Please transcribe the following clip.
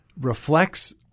reflects